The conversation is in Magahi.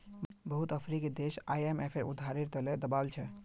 बहुत अफ्रीकी देश आईएमएफेर उधारेर त ल दबाल छ